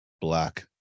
black